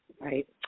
right